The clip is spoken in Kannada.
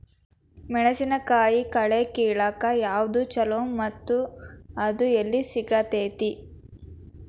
ಮೆಣಸಿನಕಾಯಿ ಕಳೆ ಕಿಳಾಕ್ ಯಾವ್ದು ಛಲೋ ಮತ್ತು ಅದು ಎಲ್ಲಿ ಸಿಗತೇತಿ?